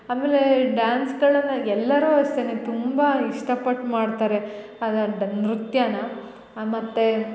ಆಮೇಲೆ ಈ ಡ್ಯಾನ್ಸ್ಗಳನ್ನು ಎಲ್ಲರು ಅಷ್ಟೆ ತುಂಬ ಇಷ್ಟಪಟ್ಟು ಮಾಡ್ತಾರೆ ನೃತ್ಯನ ಮತ್ತು